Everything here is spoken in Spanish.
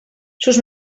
sus